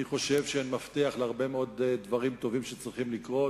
אני חושב שהן מפתח להרבה מאוד דברים טובים שצריכים לקרות,